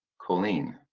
coline.